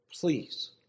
Please